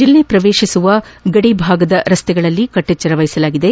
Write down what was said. ಜಿಲ್ಲೆ ಪ್ರವೇಶಿಸುವ ಗಡಿ ಭಾಗದ ರಸ್ತೆಗಳಲ್ಲಿ ಕಟ್ಟೆಜ್ವರ ವಹಿಸಲಾಗಿದೆ